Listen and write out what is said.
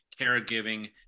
caregiving